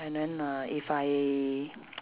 and then uh if I